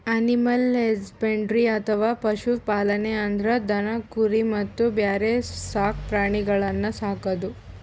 animal husbandry ಅಥವಾ ಪಶು ಪಾಲನೆ ಅಂದ್ರ ದನ ಕುರಿ ಮತ್ತ್ ಬ್ಯಾರೆ ಸಾಕ್ ಪ್ರಾಣಿಗಳನ್ನ್ ಸಾಕದು